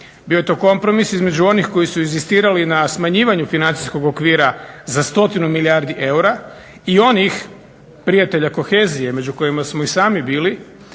Bio je to kompromis između onih koji su inzistirali na smanjivanju financijskog okvira za stotinu milijardi eura i onih prijatelja kohezije među kojima smo i sami bili,